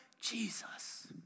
Jesus